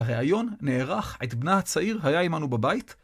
הראיון נערך עת בנה הצעיר היה עמנו בבית.